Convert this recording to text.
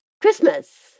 Christmas